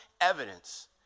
evidence